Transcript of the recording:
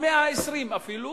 או 120 אפילו,